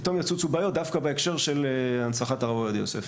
פתאום יצוצו בעיות דווקא בהקשר של הנצחת הרב עובדיה יוסף.